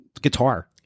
guitar